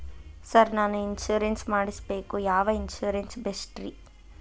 Sir ನಾನು insurance ಮಾಡಿಸಬೇಕು ಯಾವ ಇನ್ಶೂರೆನ್ಸ್ ಬೆಸ್ಟ್ರಿ?